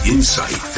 Insight